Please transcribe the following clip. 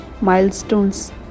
milestones